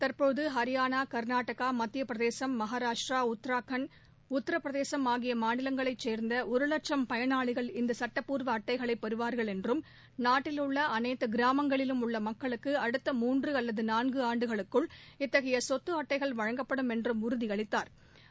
தற்போது ஹரியானா கர்நாடகா மத்திய பிரதேசம் மகாராஷ்டிரா உத்ராகண்ட் உத்திரபிரதேசம் ஆகிய மாநிலங்களைச் சேர்ந்த ஒரு வட்சம் பயனாளிகள் இந்த சுட்டப்பூர்வ அட்டைகளை பெறுவார்கள் என்றும் நாட்டில் உள்ள அனைத்து கிராமங்களிலும் உள்ள மக்களுக்கு அடுத்த மூன்று அல்லது நான்கு ஆண்டுகளுக்குள் இத்தகைய சொத்து அட்டைகள் வழங்கப்படும் என்றம் உறுதியளித்தாா்